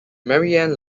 marianne